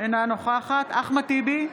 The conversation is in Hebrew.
אינה נוכחת אחמד טיבי,